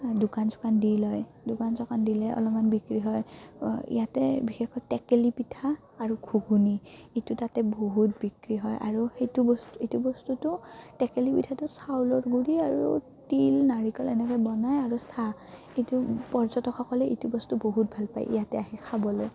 দোকান চোকান দি লয় দোকান চোকান দিলে অলপমান বিক্ৰী হয় ইয়াতে বিশেষকৈ টেকেলি পিঠা আৰু ঘুগুনি এইটো তাতে বহুত বিক্ৰী হয় আৰু সেইটো বস্তু এইটো বস্তুটো টেকেলি পিঠাটো চাউলৰ গুড়ি আৰু তিল নাৰিকল এনেকৈ বনায় আৰু চাহ কিন্তু পৰ্যটকসকলে এইটো বস্তু বহুত ভাল পায় ইয়াতে আহে খাবলৈ